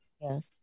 Yes